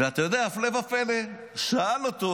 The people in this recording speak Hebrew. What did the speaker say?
ואתה יודע, הפלא ופלא, שאל אותו